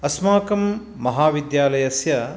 अस्माकं महाविद्यालयस्य